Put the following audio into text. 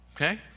Okay